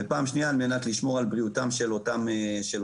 ופעם שנייה על מנת לשמור על בריאות של אותם תלמידים.